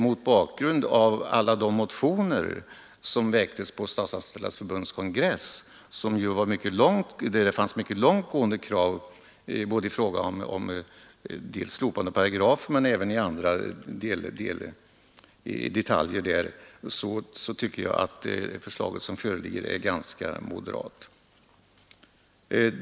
Mot bakgrund av alla de motioner som väcktes på Statsanställdas förbunds kongress — där det fanns mycket långtgående krav både i fråga om slopande av paragraf 3 och i fråga om andra detaljer — tycker jag att det förslag som föreligger är ganska moderat.